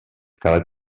cada